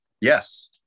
Yes